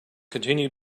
continue